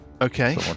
Okay